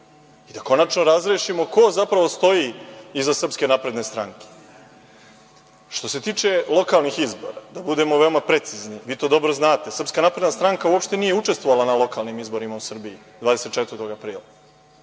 da konačno razrešimo ko zapravo stoji iza Srpske napredne stranke. Što se tiče lokalnih izbora, da budemo veoma precizni, vi to dobro znate, Srpska napredna stranka uopšte nije učestvovala na lokalnim izborima u Srbiji 24. aprila.